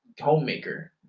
homemaker